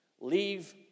leave